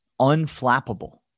unflappable